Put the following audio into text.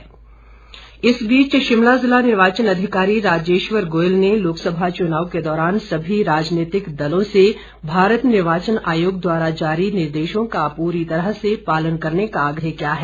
राजेश्वर गोयल शिमला जिला निर्वाचन अधिकारी राजेश्वर गोयल ने लोकसभा चुनाव के दौरान सभी राजनेतिक दलों से भारत निर्वाचन आयोग द्वारा जारी निर्देशों का पूरी तरह से पालन करने का आग्रह किया है